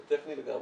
זה טכני לגמרי.